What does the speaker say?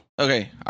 Okay